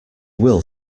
will